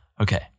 Okay